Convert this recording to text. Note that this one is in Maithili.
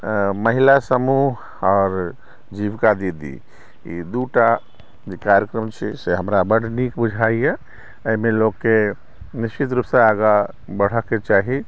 महिला समूह आओर जीविका दीदी ई दू टा जे कार्यक्रम छै से हमरा बड्ड नीक बुझाइया एहिमे लोकके निश्चित रुपसँ आगाँ बढ़ैके चाही